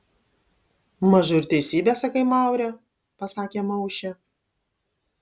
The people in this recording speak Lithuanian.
mažu ir teisybę sakai maure pasakė maušė